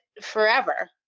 forever